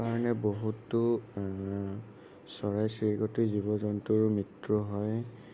কাৰণে বহুতো চৰাই চিৰিকতি জীৱ জন্তুৰ মৃত্যু হয়